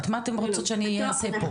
אז מה אתן רוצות שאני אעשה פה?